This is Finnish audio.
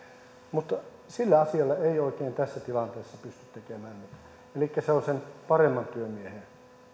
mutta sille asialle ei oikein tässä tilanteessa pysty tekemään mitään elikkä se on sen paremman työmiehen